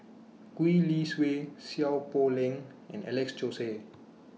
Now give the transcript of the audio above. Gwee Li Sui Seow Poh Leng and Alex Josey